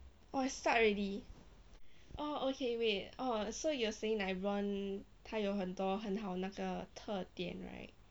oh I start already orh okay wait oh so you are saying like ron 他有很多很好那个特点 right